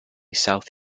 south